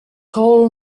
coal